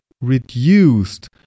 reduced